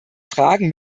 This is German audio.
fragen